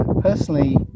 personally